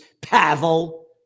Pavel